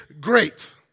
great